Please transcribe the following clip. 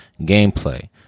gameplay